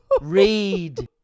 Read